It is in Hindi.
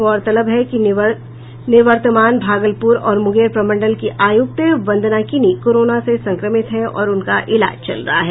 गौरतलब है कि निवर्तमान भागलपुर और मुंगेर प्रमंडल की आयुक्त वंदना किनी कोरोना से संक्रमित हैं और उनका इलाज चल रहा है